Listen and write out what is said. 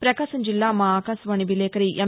ప్రకాశం జిల్లా మా ఆకాశవాణి విలేకరి ఎమ్